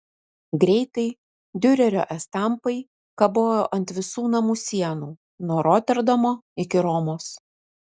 greitai diurerio estampai kabojo ant visų namų sienų nuo roterdamo iki romos